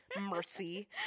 Mercy